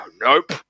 nope